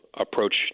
approach